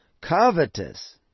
covetous